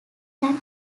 can